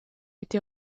été